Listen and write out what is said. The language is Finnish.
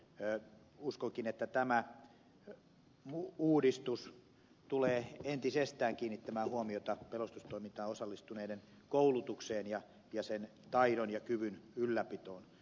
uskonkin että tämä uudistus tulee entisestään kiinnittämään huomiota pelastustoimintaan osallistuneiden koulutukseen ja sen taidon ja kyvyn ylläpitoon